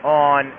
on